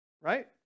right